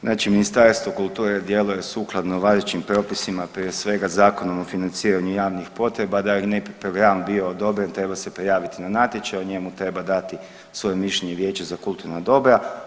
Znači Ministarstvo kulture djeluje sukladno važećim propisima prije svega Zakonom o financiranju javnih potreba, da bi neki program bio odobren treba se prijaviti na natječaj, o njemu treba dati svoje mišljenje vijeće za kulturna dobra.